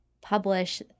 publish